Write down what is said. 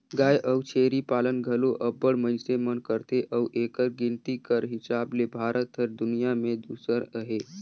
गाय अउ छेरी पालन घलो अब्बड़ मइनसे मन करथे अउ एकर गिनती कर हिसाब ले भारत हर दुनियां में दूसर अहे